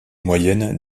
moyenne